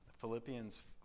Philippians